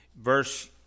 Verse